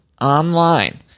online